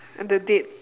and the date